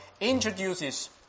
introduces